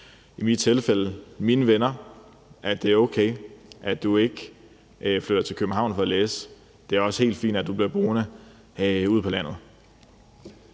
mine venner: Det er okay, at du ikke flytter til København for at læse; det er også helt fint, at du bliver boende ude på landet.